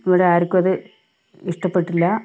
ഇവിടെ ആര്ക്കും അത് ഇഷ്ടപ്പെട്ടില്ല